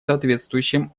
соответствующим